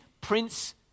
Prince